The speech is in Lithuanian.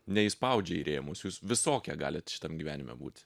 neįspaudžia į rėmus jūs visokia galit šitam gyvenime būt